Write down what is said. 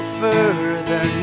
further